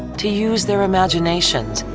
to use their imaginations,